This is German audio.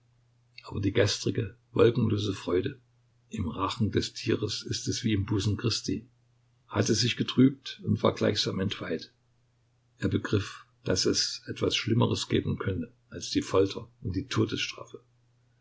aber die gestrige wolkenlose freude im rachen des tieres ist es wie im busen christi hatte sich getrübt war gleichsam entweiht er begriff daß es etwas schlimmeres geben könne als die folter und die todesstrafe